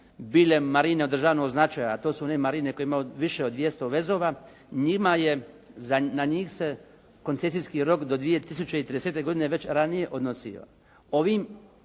bile marine od državnog značaja a to su one marine koje imaju više od 200 vezova na njih se koncesijski rok do 2030. godine već ranije odnosio. Ovom